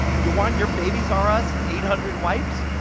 and you want your babies r us eight hundred wipes,